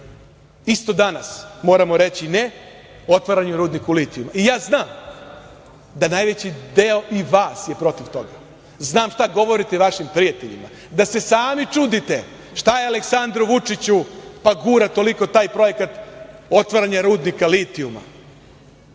Isto danas moramo reći - ne otvaranju rudniku litijuma i ja znam da najveći deo i vas je protiv toga. Znam šta govorite vašim prijateljima, da se sami čudite šta je Aleksandru Vučiću pa gura toliko taj projekat otvaranje rudnika litijuma.